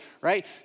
right